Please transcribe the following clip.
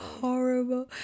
horrible